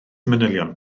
manylion